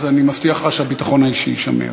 אז אני מבטיח לך שהביטחון האישי יישמר,